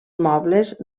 mobles